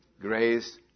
grace